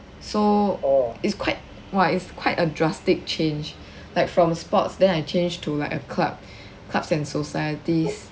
so is quite what is quite a drastic change like from sports then I change to like a club clubs and societies